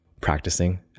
practicing